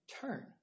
turn